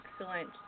Excellent